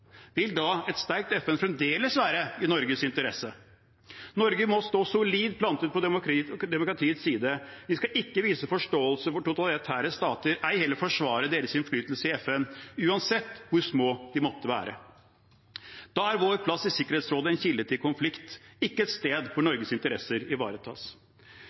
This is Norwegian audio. Vil da et sterkt FN fremdeles være i Norges interesse? Norge må stå solid plantet på demokratiets side. Vi skal ikke vise forståelse for totalitære stater, ei heller forsvare deres innflytelse i FN uansett hvor små de måtte være. Da er vår plass i Sikkerhetsrådet en kilde til konflikt, ikke et sted hvor Norges interesser ivaretas.